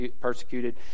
persecuted